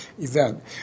event